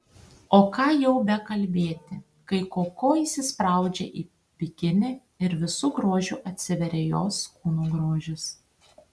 o ką jau bekalbėti kai koko įsispraudžia į bikinį ir visu grožiu atsiveria jos kūno grožis